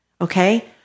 Okay